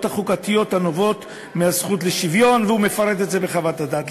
החוקתיות הנובעות מהזכות לשוויון"; והוא מפרט את זה בחוות הדעת.